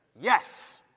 Yes